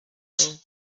table